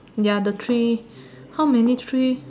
ya the tree how many tree